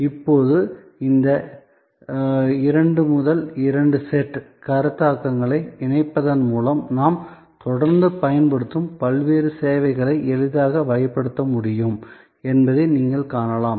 இப்போது இந்த 2 முதல் 2 செட் கருத்தாக்கங்களை இணைப்பதன் மூலம் நாம் தொடர்ந்து பயன்படுத்தும் பல்வேறு சேவைகளை எளிதாக வகைப்படுத்த முடியும் என்பதை நீங்கள் காணலாம்